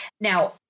Now